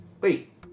wait